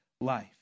life